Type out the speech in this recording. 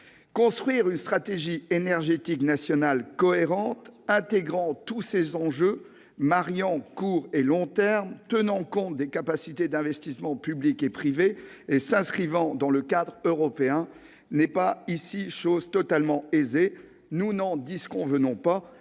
Construire une stratégie énergétique nationale cohérente, intégrant tous ces enjeux, mariant court et long termes, tenant compte des capacités d'investissements publics et privés et s'inscrivant dans le cadre européen n'est pas chose totalement aisée, nous n'en disconvenons pas.